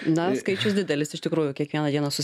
na skaičius didelis iš tikrųjų kiekvieną dieną sus